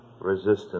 resistance